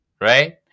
Right